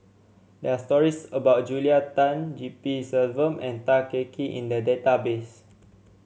there are stories about Julia Tan G P Selvam and Tan Kah Kee in the database